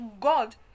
God